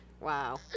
wow